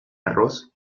arroz